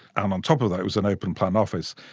and on top of that it was an open plan office,